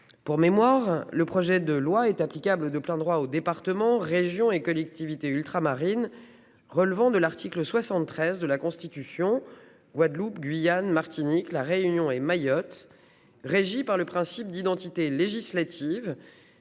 dispositions du projet de loi sont applicables de plein droit aux départements, régions et collectivités ultramarines relevant de l'article 73 de la Constitution- la Guadeloupe, la Guyane, la Martinique, La Réunion et Mayotte -, régies par le principe d'identité législative,